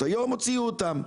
היום הוציאו אותם.